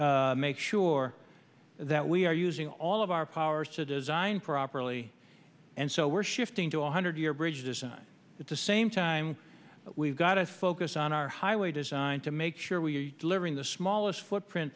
make sure that we are using all of our powers to design properly and so we're shifting to one hundred year bridges and at the same time we've got to focus on our highway design to make sure we live in the smallest footprint